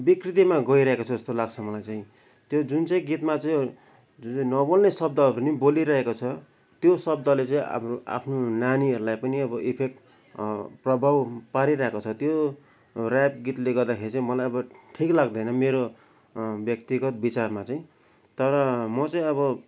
बिग्रिँदैमा गइरहेको छ जस्तो लाग्छ मलाई चाहिँ त्यो जुन चाहिँ गीतमा चाहिँ जुन चाहिँ नबोल्ने शब्दहरू नि बोलिरहेको छ त्यो शब्दले चाहिँ अब आफ्नो नानीहरूलाई पनि अब इफेक्ट प्रभाव पारिरहेको छ त्यो ऱ्याप गीतले गर्दाखेरि चाहिँ मलाई अब ठिक लाग्दैन मेरो व्यक्तिगत विचारमा तर म चाहिँ अब